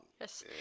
Yes